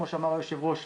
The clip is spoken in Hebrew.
כמו שאמר היושב ראש,